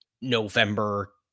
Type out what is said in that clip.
November